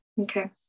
Okay